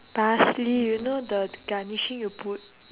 parsley you know the the garnishing you put